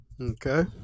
okay